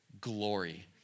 glory